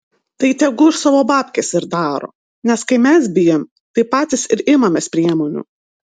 tai tegu už savo babkes ir daro nes kai mes bijom tai patys ir imamės priemonių